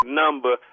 number